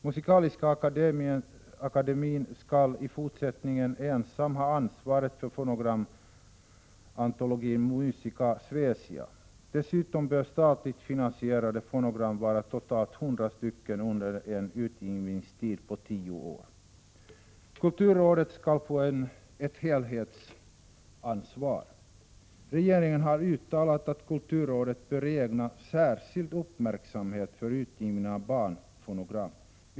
Musikaliska akademien skall i fortsättningen ensam ha ansvaret för fonogramantologin Musica Svecixz. Dessutom bör antalet statligt finansierade fonogram vara totalt 100 under en utgivningstid av tio år. Kulturrådet skall få ett helhetsansvar. Regeringen har uttalat att kulturrådet bör ägna särskild uppmärksamhet åt utgivning av barnfonogram.